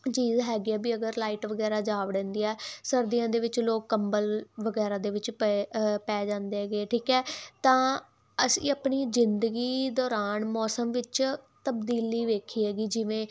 ਚੀਜ਼ ਹੈਗੀ ਆ ਵੀ ਅਗਰ ਲਾਈਟ ਵਗੈਰਾ ਜਾ ਵੜੇਂਦੀ ਹੈ ਸਰਦੀਆਂ ਦੇ ਵਿੱਚ ਲੋਕ ਕੰਬਲ ਵਗੈਰਾ ਦੇ ਵਿੱਚ ਪਏ ਪੈ ਜਾਂਦੇ ਹੈਗੇ ਠੀਕ ਹੈ ਤਾਂ ਅਸੀਂ ਆਪਣੀ ਜ਼ਿੰਦਗੀ ਦੌਰਾਨ ਮੌਸਮ ਵਿੱਚ ਤਬਦੀਲੀ ਵੇਖੀ ਹੈਗੀ ਜਿਵੇਂ